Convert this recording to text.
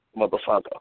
motherfucker